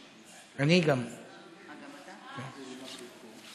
8878, 8893, 8894, 8895, 8896 ו-8897.